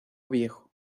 viejo